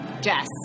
Jess